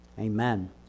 Amen